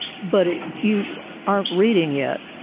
but you aren't reading yet.